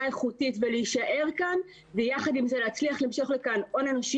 איכותית ולהישאר כאן ויחד עם זה להצליח למשוך לכאן הון אנושי